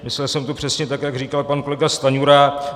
Myslel jsem to přesně tak, jak říkal pan kolega Stanjura.